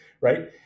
right